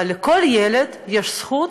אבל לכל ילד יש זכות